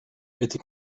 était